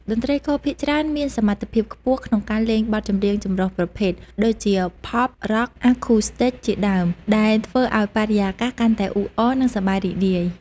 តន្ត្រីករភាគច្រើនមានសមត្ថភាពខ្ពស់ក្នុងការលេងបទចម្រៀងចម្រុះប្រភេទ ដូចជា ផប់, រ៉ក់, អាឃូស្ទីច ជាដើម ដែលធ្វើឱ្យបរិយាកាសកាន់តែអ៊ូអរ និងសប្បាយរីករាយ។